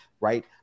Right